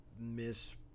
Miss